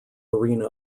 arena